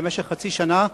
למשך חצי שנה,